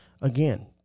again